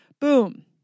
boom